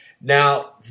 Now